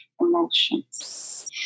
emotions